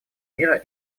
мира